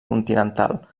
continental